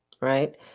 right